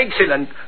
excellent